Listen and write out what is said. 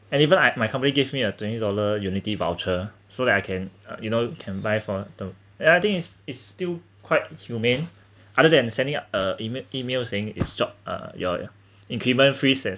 and even I my company gave me a twenty dollar unity voucher so that I can uh you know can buy for th~ uh I think it's it's still quite humane other than sending up uh emai~ email saying its job uh your increment frees and stuff